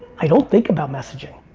i don't think about messaging.